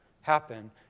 happen